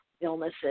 illnesses